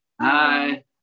Hi